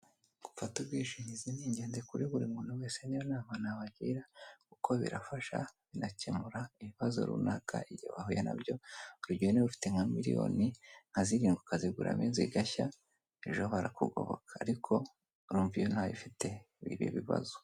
Gufata ubwishingizi ni ingenzi kuri buri muntu wese niyo nama nabagira, kuko birafasha, binakemura ibibazo runaka igihe bahuye nabyo, urugero: niba ufite nka miliyoni nka zirindwi ukaziguramo inzu gashya, ejo bara kugoboka. Ariko urumva iyo ntayo ufite biba ibibazo.